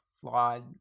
flawed